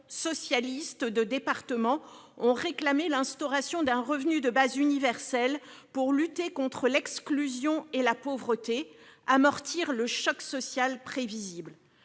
socialistes de département ont réclamé l'instauration d'un revenu de base universel pour lutter contre l'exclusion et la pauvreté et amortir le choc social prévisible.